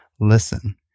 listen